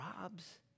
robs